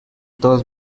todos